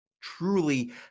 truly